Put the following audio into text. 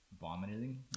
vomiting